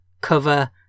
cover